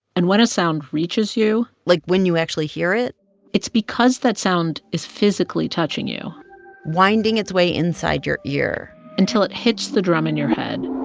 and when a sound reaches you. like when you actually hear it it's because that sound is physically touching you winding its way inside your ear until it hits the drum in your head